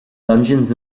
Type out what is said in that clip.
dungeons